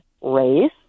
race